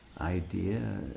idea